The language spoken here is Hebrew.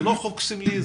זה לא חוק סמלי,